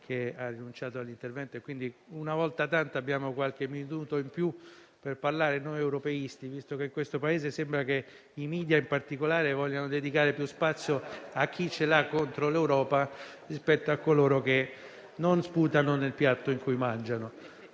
che ha rinunciato all'intervento. Una volta tanto abbiamo qualche minuto in più per parlare noi europeisti, visto che in questo Paese sembra che i *media* in particolare vogliano dedicare più spazio a chi è contro l'Europa rispetto a coloro che non sputano nel piatto in cui mangiano.